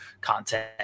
content